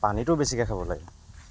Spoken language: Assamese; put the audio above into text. পানীটো বেছিকৈ খাব লাগে